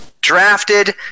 drafted